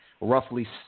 roughly